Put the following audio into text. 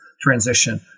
transition